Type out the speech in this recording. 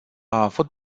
avut